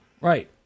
Right